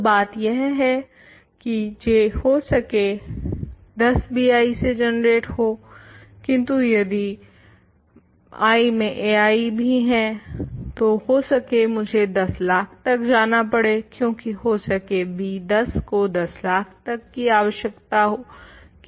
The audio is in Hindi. तो बात यह है की J हो सके 10 bi से जनरेटेड हो किन्तु यदि I में ai भी हें तो हो सके मुझे 10 लाख तक जाना पड़े क्यूंकी हो सके b10 को 10 लाख तक की आवश्यकता हो